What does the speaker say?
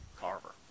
Carver